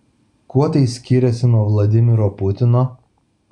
kuo tai skiriasi nuo vladimiro putino